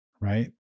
right